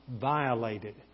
violated